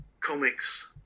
Comics